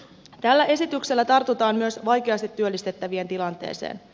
tällä esityksellä tartutaan myös vaikeasti työllistettävien tilanteeseen